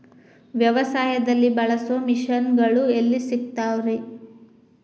ವ್ಯವಸಾಯದಲ್ಲಿ ಬಳಸೋ ಮಿಷನ್ ಗಳು ಎಲ್ಲಿ ಸಿಗ್ತಾವ್ ರೇ?